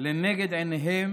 לנגד עיניהם